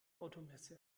automesse